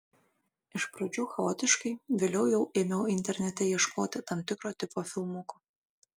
iš pradžių chaotiškai vėliau jau ėmiau internete ieškoti tam tikro tipo filmukų